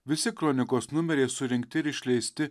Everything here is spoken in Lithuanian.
visi kronikos numeriai surinkti ir išleisti